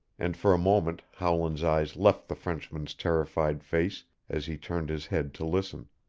and for a moment howland's eyes left the frenchman's terrified face as he turned his head to listen.